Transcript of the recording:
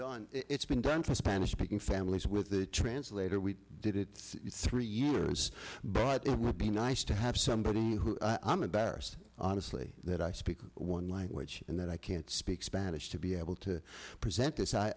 done it's been done for spanish speaking families with the translator we did it three years but it would be nice to have somebody who i'm embarrassed honestly that i speak one language and that i can't speak spanish to be able to present this